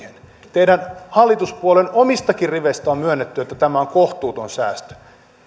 teidän hallituspuolueenne omistakin riveistä on myönnetty että tämä on kohtuuton säästö